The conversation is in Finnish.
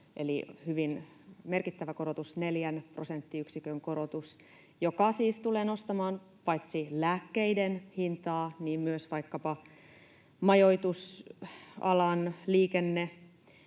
eli hyvin merkittävä korotus, neljän prosenttiyksikön korotus, joka siis tulee nostamaan paitsi lääkkeiden hintaa myös vaikkapa majoitusalan,